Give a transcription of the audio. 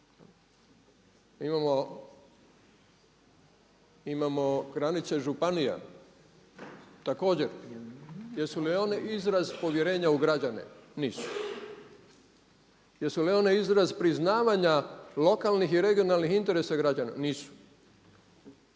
Imamo granice županija također. Jesu li one izraz povjerenja u građane? Nisu. Jesu li one izraz priznavanja lokalnih i regionalnih interesa građana? Nisu.